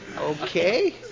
Okay